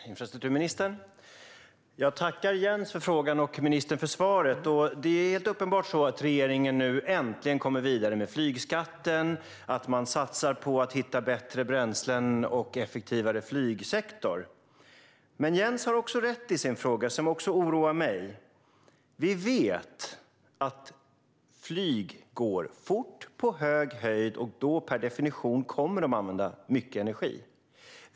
Fru talman! Infrastrukturministern! Jag tackar Jens för interpellationen och ministern för svaret. Det är helt uppenbart att regeringen äntligen kommit vidare med flygskatten. Man satsar på att hitta bättre bränslen och på en effektivare flygsektor. Men Jens har rätt i sin fråga, och det är något som också oroar mig: Vi vet att flyg går fort på hög höjd, och då kommer de per definition att använda mycket energi.